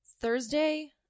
Thursday